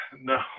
No